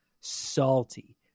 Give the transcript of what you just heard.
salty